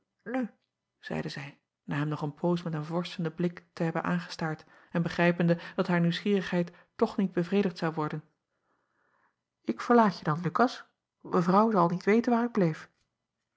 zeide zij na hem nog een poos met een vorschenden blik te hebben aangestaard en begrijpende dat haar nieuwsgierigheid toch niet bevredigd zou worden ik verlaat je dan ukas want evrouw zou al niet weten waar ik bleef